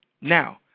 Now